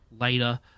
later